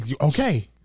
okay